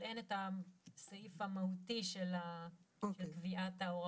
אין את הסעיף המהותי של קביעת ההוראות,